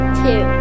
two